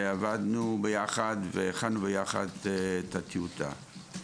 ועבדנו ביחד, והכנו ביחד את הטיוטה.